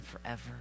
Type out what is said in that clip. forever